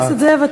חבר הכנסת זאב,